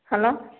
hello